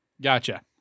Gotcha